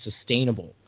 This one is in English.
sustainable